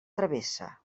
travessa